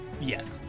Yes